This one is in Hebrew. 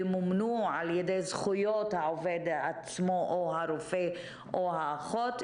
ימומנו על ידי העובד עצמו או הרופא או האחות,